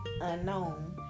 unknown